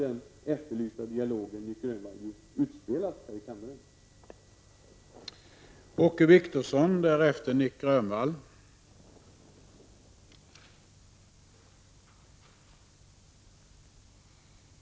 Den efterlysta dialogen bör därför, Nic Grönvall, föras här i kammaren vid ett senare tillfälle.